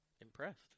Impressed